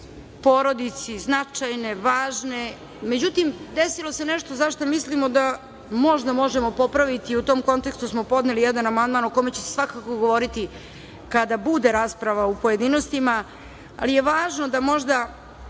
porodici značajne, važne, međutim desilo se nešto za šta mislimo da možda možemo popraviti i u tom kontekstu smo podneli jedan amandman o kome će se svakako govoriti kada bude rasprava u pojedinostima, ali je vrlo važno da možda,